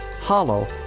Hollow